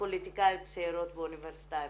פוליטיקאיות צעירות באוניברסיטה העברית,